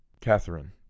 Catherine